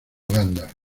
uganda